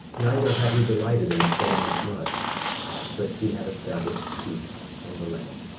neither had he delighted in the shedding of blood but he had established peace in the land,